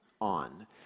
on